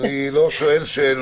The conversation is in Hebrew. "למעט כלי אצירה של פסולת